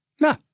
No